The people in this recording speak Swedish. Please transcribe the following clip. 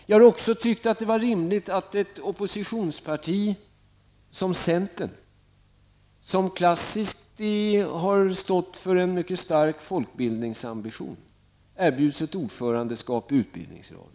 Jag har också tyckt att det är rimligt att ett oppositionsparti som centern, som har stått för en mycket stark folkbildningsambition, erbjuds ett ordförandeskap i utbildningsradion.